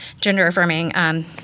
gender-affirming –